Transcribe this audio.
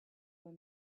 were